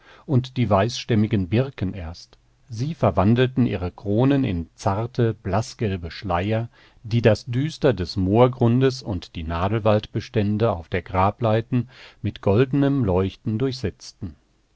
und die weißstämmigen birken erst sie verwandelten ihre kronen in zarte blaßgelbe schleier die das düster des moorgrundes und die nadelwaldbestände auf der grableiten mit goldenem leuchten durchsetzten